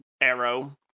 arrow